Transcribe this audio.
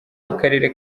w’akarere